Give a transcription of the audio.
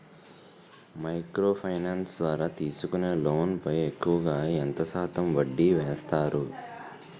Micro finance ద్వారా తీసుకునే loan పై ఎక్కువుగా ఎంత శాతం వడ్డీ వేస్తారు?